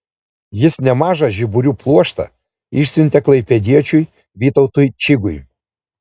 jis nemažą žiburių pluoštą išsiuntė klaipėdiečiui vytautui čigui